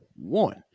one